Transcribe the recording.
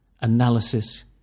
analysis